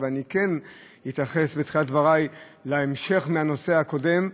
אני כן אתייחס בתחילת דברי להמשך הנושא הקודם.